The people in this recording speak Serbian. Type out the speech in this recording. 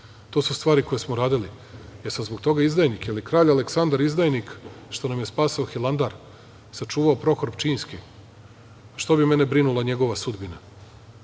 su stvari koje smo uradili. Jel sam zbog toga izdajnik? Jel kralj Aleksandar izdajnik što nam je spasao Hilandar, sačuvao Prohor Pčinjski? Što bi mene brinula njegova sudbina,